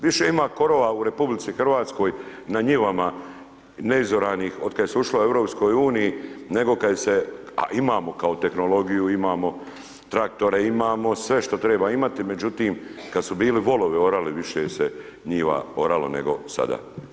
Više ima korova u RH na njivama neizoranih od kad se ušlo EU nego kad ih se, a imamo kao tehnologiju, imamo traktore, imamo sve što treba imati, međutim kad su bili volovi orali, više se njiva oralo nego sada.